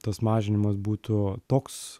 tas mažinimas būtų toks